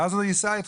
ואז הוא ייסע איתך.